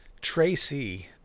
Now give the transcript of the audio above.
Tracy